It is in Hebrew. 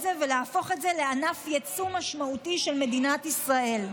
זה ולהפוך את זה לענף יצוא משמעותי של מדינת ישראל".